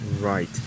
Right